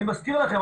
אני מזכיר לכם,